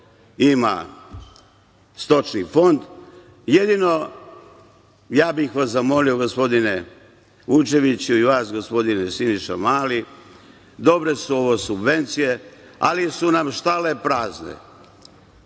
ima stočni fond. Ja bih zamolio, gospodine Vučeviću, i vas, gospodine Siniša Mali, dobre su ovo subvencije, ali su nam štale prazne.